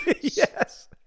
Yes